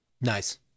Nice